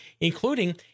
including